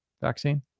vaccine